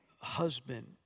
husband